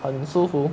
很舒服